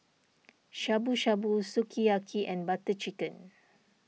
Shabu Shabu Sukiyaki and Butter Chicken